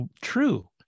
true